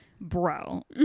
bro